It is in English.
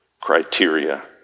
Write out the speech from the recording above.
criteria